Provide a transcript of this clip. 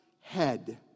head